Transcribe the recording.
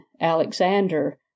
Alexander